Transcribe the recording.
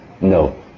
no